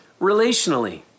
relationally